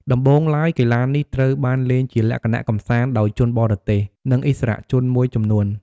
ដំបូងឡើយ កីឡានេះត្រូវបានលេងជាលក្ខណៈកម្សាន្តដោយជនបរទេស និងឥស្សរជនមួយចំនួន។